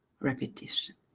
Repetition